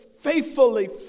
faithfully